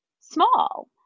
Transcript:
small